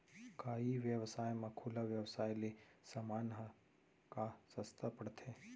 का ई व्यवसाय म खुला व्यवसाय ले समान ह का सस्ता पढ़थे?